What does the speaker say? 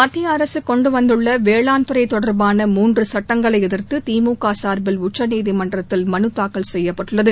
மத்திய அரசு கொண்டு வந்துள்ள வேளாண்துறை தொடர்பான மூன்று சுட்டங்களை எதிர்த்து திமுக சார்பில் உச்சநீதிமன்றத்தில் மனு தாக்கல் செய்யப்பட்டுள்ளது